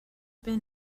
been